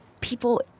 people